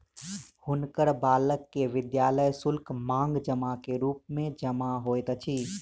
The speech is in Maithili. हुनकर बालक के विद्यालय शुल्क, मांग जमा के रूप मे जमा होइत अछि